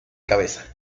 cabeza